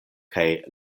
kaj